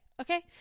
okay